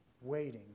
waiting